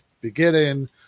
beginning